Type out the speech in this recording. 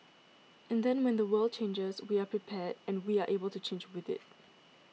and then when the world changes we are prepared and we are able to change with it